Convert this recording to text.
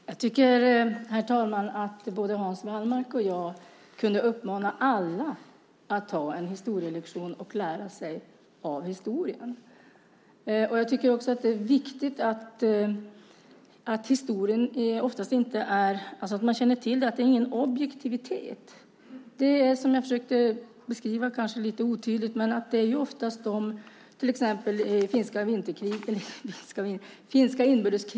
Herr talman! Jag tycker att både Hans Wallmark och jag kunde uppmana alla att ta en historielektion och lära sig av historien. Jag tycker också att det är viktigt att man känner till att det inte är någon objektivitet i historien. Som jag försökte beskriva, kanske lite otydligt, är det oftast segrarna som skriver historien.